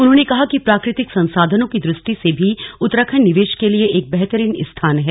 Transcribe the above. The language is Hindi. उन्होंने कहा कि प्राकृतिक संसाधनों की दृष्टि से भी उत्तराखण्ड निवेश के लिए एक बेहतरीन स्थान है